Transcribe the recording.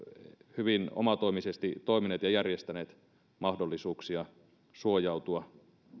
hyvin omatoimisesti toimineet ja järjestäneet mahdollisuuksia suojautua